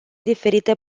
diferite